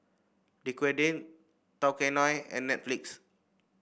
Dequadin Tao Kae Noi and Netflix